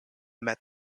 met